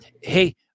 Hey